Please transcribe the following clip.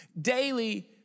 daily